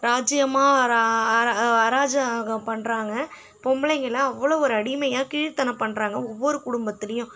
ராஜியமாக அராஜகம் பண்ணுறாங்க பொம்பளைங்களை அவ்வளோ ஒரு அடிமையாக கீழ்த்தனம் பண்ணுறாங்க ஒவ்வொரு குடும்பத்துலேயும்